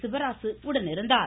சிவராசு உடனிருந்தார்